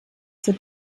zur